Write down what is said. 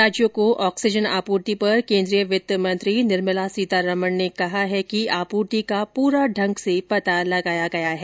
राज्यों के ऑक्सीजन आपूर्ति पर केन्द्रीय वित्त मंत्री निर्मला सीतारामन ने कहा है कि आपूर्ति का पूरा ढंग से पता लगाया गया है